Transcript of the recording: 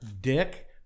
dick